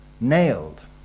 Nailed